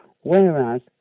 Whereas